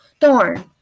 thorn